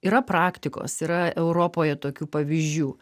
yra praktikos yra europoje tokių pavyzdžių